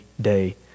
day